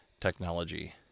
technology